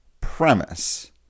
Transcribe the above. premise